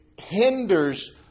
hinders